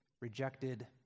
rejected